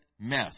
mess